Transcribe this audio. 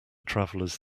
travelers